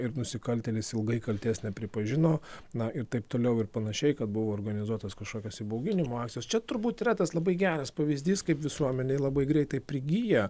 ir nusikaltėlis ilgai kaltės nepripažino na ir taip toliau ir panašiai kad buvo organizuotas kažkokios įbauginimo akcijos čia turbūt retas labai geras pavyzdys kaip visuomenėj labai greitai prigyja